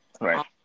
Right